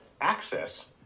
access